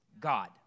God